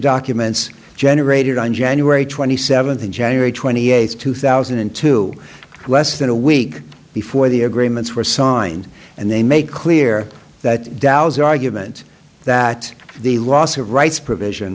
documents generated on january twenty seventh and january twenty eighth two thousand and two less than a week before the agreements were saw and and they make clear that dows argument that the loss of rights provision